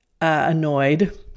annoyed